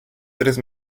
tres